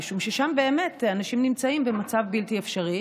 משום ששם אנשים נמצאים במצב בלתי אפשרי,